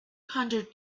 hundred